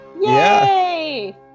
yay